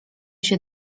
się